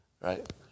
right